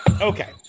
Okay